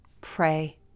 pray